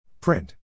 Print